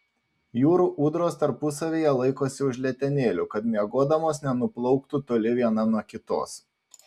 jūrų ūdros tarpusavyje laikosi už letenėlių kad miegodamos nenuplauktų toli viena nuo kitos